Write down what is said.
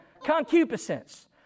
concupiscence